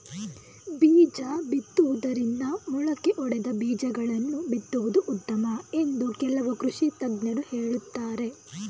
ಬೀಜ ಬಿತ್ತುವುದಕ್ಕಿಂತ ಮೊಳಕೆ ಒಡೆದ ಬೀಜಗಳನ್ನು ಬಿತ್ತುವುದು ಉತ್ತಮ ಎಂದು ಕೆಲವು ಕೃಷಿ ತಜ್ಞರು ಹೇಳುತ್ತಾರೆ